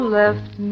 left